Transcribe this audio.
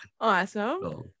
Awesome